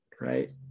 right